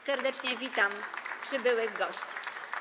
Serdecznie witam przybyłych gości.